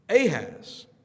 Ahaz